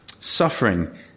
suffering